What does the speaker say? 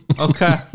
Okay